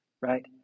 right